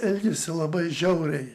elgėsi labai žiauriai